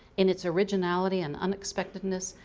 in its originality and unexpectedness,